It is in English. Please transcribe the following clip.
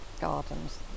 gardens